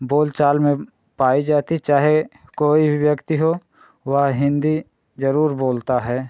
बोल चाल में पाई जाती चाहे कोई भी व्यक्ति हो वह हिन्दी ज़रूर बोलता है